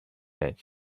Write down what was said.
that